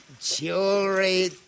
Jewelry